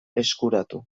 eskuratu